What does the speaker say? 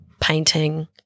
painting